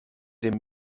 dem